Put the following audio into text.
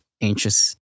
anxious